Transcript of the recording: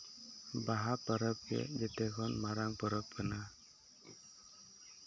ᱵᱟᱦᱟ ᱯᱚᱨᱚᱵᱽ ᱜᱮ ᱡᱮᱛᱮ ᱠᱷᱚᱱ ᱢᱟᱨᱟᱝ ᱯᱚᱨᱚᱵᱽ ᱠᱟᱱᱟ